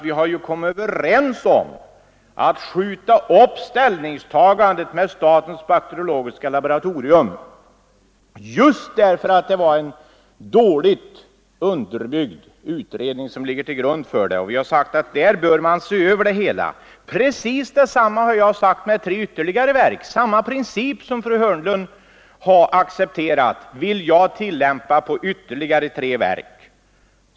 Vi har kommit överens om att skjuta upp ställningstagandet i fråga om statens bakteriologiska laboratorium just för att det är en dåligt underbyggd utredning som ligger till grund för det. Vi har sagt att man där behöver se över det hela. Precis detsamma har jag sagt om ytterligare tre verk. Samma princip som fru Hörnlund har accepterat vill jag tillämpa på ytterligare tre verk.